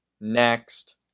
Next